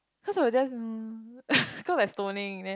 cause I was just mm cause I stoning then